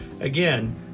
Again